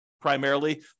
primarily